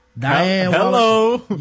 Hello